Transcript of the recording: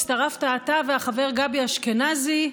הצטרפת, אתה והחבר גבי אשכנזי,